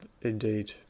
indeed